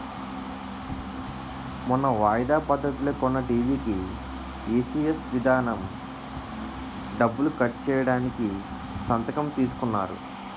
మొన్న వాయిదా పద్ధతిలో కొన్న టీ.వి కీ ఈ.సి.ఎస్ విధానం డబ్బులు కట్ చేయడానికి సంతకం తీసుకున్నారు